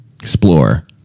explore